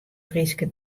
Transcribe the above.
fryske